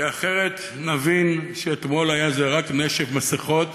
כי אחרת נבין שאתמול היה זה רק נשף מסכות,